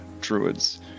druids